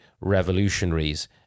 revolutionaries